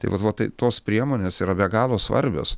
tai vat va tai tos priemonės yra be galo svarbios